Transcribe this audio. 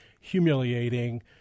humiliating